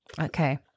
Okay